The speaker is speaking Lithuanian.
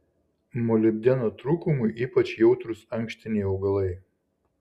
molibdeno trūkumui ypač jautrūs ankštiniai augalai